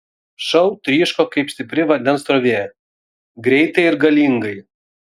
šou tryško kaip stipri vandens srovė greitai ir galingai